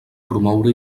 promoure